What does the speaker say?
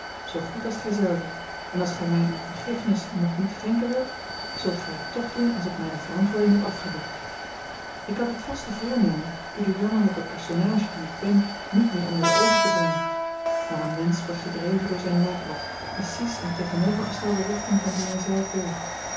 zoo goed als gij zelve en als gij mij uwe vergiffenis nog niet schenken wilt zult gij het toch doen als ik mijne verantwoording heb afgelegd ik had het vaste voornemen u de jammerlijke personage die ik ben niet meer onder de oogen te brengen maar een mensch wordt gedreven door zijn noodlot precies in tegenovergestelde richting van die hij zelf wil